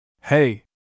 Hey